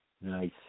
Nice